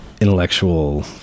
intellectual